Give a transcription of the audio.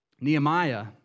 Nehemiah